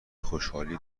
خوشحالی